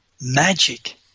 Magic